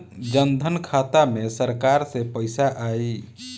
जनधन खाता मे सरकार से पैसा आई?